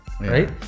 Right